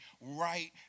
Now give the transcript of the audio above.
right